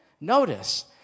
notice